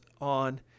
on